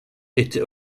était